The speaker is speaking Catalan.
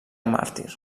màrtir